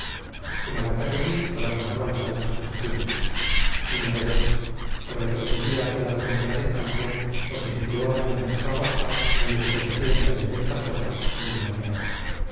zumalacárregui abandonaba las altas posiciones una de dos o retrocedía hacia la frontera de francia o se situaba en la amézcoa baja donde su posición era desventajosa endemoniada